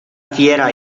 fiera